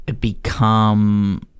become –